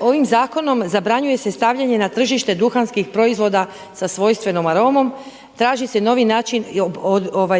ovim zakonom zabranjuje se stavljanje na tržište duhanskih proizvoda sa svojstvenom aromom, traži se novi način